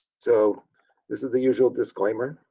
so this is the usual disclaimer